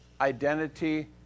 identity